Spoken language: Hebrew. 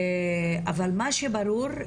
אבל מה שברור,